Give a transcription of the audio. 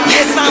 Yes